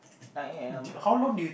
I am